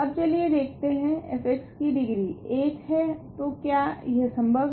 अब चलिए देखते है f की डिग्री 1 है तो क्या यह संभव है